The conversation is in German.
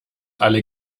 alle